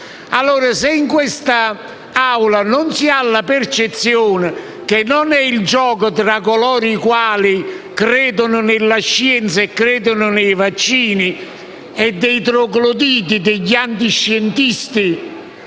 alluminio. Se in quest'Aula non si ha la percezione che questo non è il gioco tra coloro i quali credono nella scienza e nei vaccini e i trogloditi, gli antiscientisti,